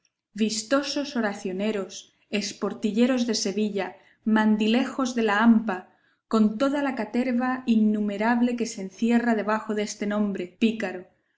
vistosos oracioneros esportilleros de sevilla mandilejos de la hampa con toda la caterva inumerable que se encierra debajo deste nombre pícaro